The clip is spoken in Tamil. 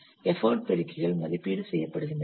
எஃபர்ட் பெருக்கிகள் மதிப்பீடு செய்யப்படுகின்றன